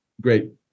great